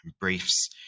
briefs